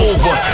Over